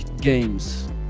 games